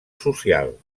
social